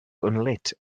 unlit